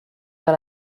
vers